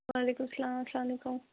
وعلیکُم سلام اَسَلام علیکُم